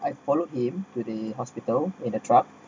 I followed him to the hospital in a truck